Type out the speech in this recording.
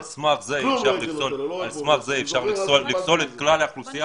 על סמך זה אפשר לפסול את כלל האוכלוסייה?